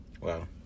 Wow